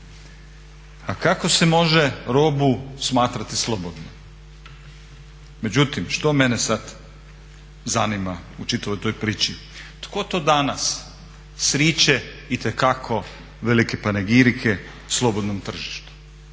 A kako se može robu smatrati slobodnom? Međutim što mene sada zanima u čitavoj toj priči? Tko to danas sriče itekako velike panegirike slobodnom tržištu